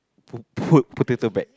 po~ potato bag